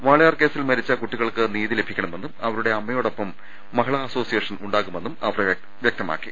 വാളയാർ കേസിൽ മരിച്ച കുട്ടി കൾക്ക് നീതി ലഭിക്കണമെന്നും അവരുടെ അമ്മയോടൊപ്പം മഹിള അസോസിയേഷൻ ഉണ്ടാവുമെന്നും അവർ വ്യക്തമാക്കി